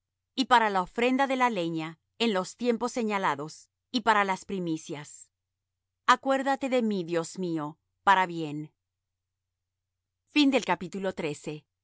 y para la ofrenda de la leña en los tiempos señalados y para las primicias acuérdate de mí dios mío para bien